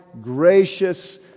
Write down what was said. gracious